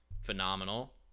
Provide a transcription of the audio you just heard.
phenomenal